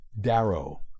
Darrow